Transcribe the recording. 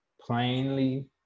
plainly